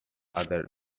other